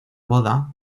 boda